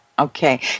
Okay